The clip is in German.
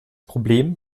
problem